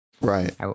Right